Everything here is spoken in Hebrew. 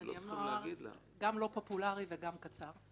גם לא פופולרי וגם קצר.